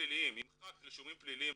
פליליים לאנשים,